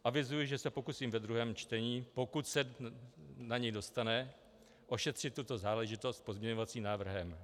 Avizuji, že se pokusím ve druhém čtení, pokud se na ně dostane, ošetřit tuto záležitost pozměňovacím návrhem.